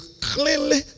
clearly